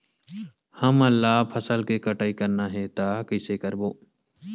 हमन ला फसल के कटाई करना हे त कइसे करबो?